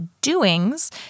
doings